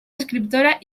escriptora